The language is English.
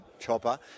Chopper